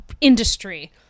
industry